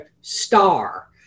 star